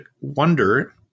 wonder